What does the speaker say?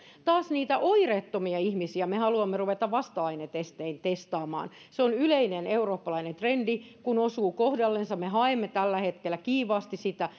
taas niitä oireettomia ihmisiä me haluamme ruveta vasta ainetestein testaamaan se on yleinen eurooppalainen trendi kun osuu kohdallensa me haemme tällä hetkellä kiivaasti sitä